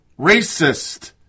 racist